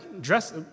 dress